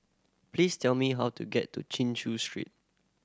please tell me how to get to Chin Chew Street